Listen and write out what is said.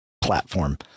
platform